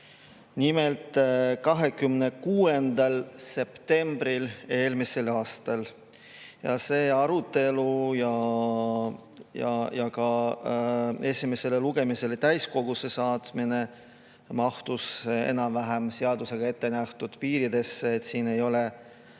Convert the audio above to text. nimelt 26. septembril eelmisel aastal. See arutelu ja ka esimesele lugemisele täiskogusse saatmine mahtus enam-vähem seadusega ette nähtud piiridesse, siin ei ole